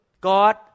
God